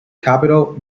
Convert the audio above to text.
capital